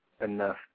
enough